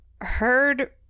heard